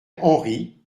henry